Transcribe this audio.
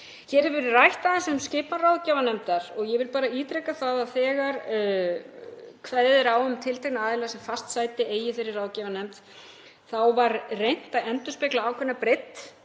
Hér hefur verið rætt aðeins um skipan ráðgjafarnefndar og ég vil bara ítreka það að þegar kveðið er á um tiltekna aðila sem fast sæti eiga í þeirri ráðgjafarnefnd þá var reynt að endurspegla ákveðna breidd.